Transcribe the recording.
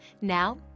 Now